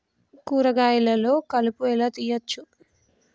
కూరగాయలలో కలుపు ఎలా తీయచ్చు?